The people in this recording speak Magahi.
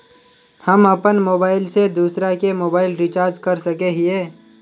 हम अपन मोबाईल से दूसरा के मोबाईल रिचार्ज कर सके हिये?